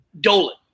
Dolan